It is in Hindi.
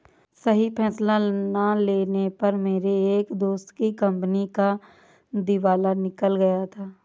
सही फैसला ना लेने पर मेरे एक दोस्त की कंपनी का दिवाला निकल गया था